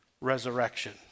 resurrection